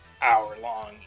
hour-long